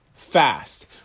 Fast